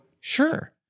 sure